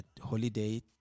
holiday